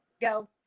go